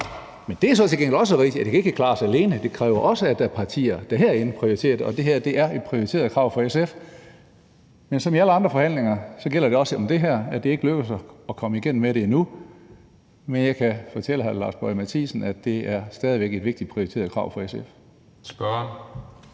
Men det er så til gengæld også rigtigt, at det ikke kan klares af dem alene; det kræver også, at der er partier herinde, der prioriterer det. Det her er et prioriteret krav fra SF's side. Men som i alle andre forhandlinger gælder det også her, at det ikke er lykkedes os at komme igennem med det endnu, men jeg kan fortælle hr. Lars Boje Mathiesen, at det stadig væk er et vigtigt, prioriteret krav fra SF's side. Kl.